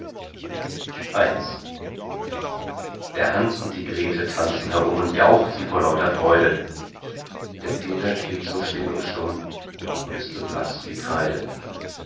der hans und die grete tanzen herum und jauchzen vor lauter freude der peter steht so still und stumm und ist so blaß wie kreide